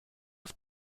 auf